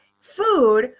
food